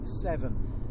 seven